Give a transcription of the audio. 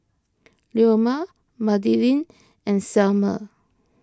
Leoma Madilyn and Selmer